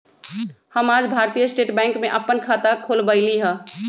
हम आज भारतीय स्टेट बैंक में अप्पन खाता खोलबईली ह